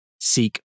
seek